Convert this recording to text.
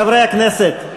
חברי הכנסת,